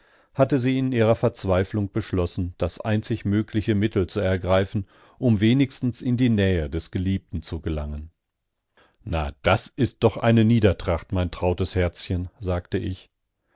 hatte sie in ihrer verzweiflung beschlossen das einzig mögliche mittel zu ergreifen um wenigstens in die nähe des geliebten zu gelangen na das ist doch eine niedertracht mein trautes herzchen sagte ich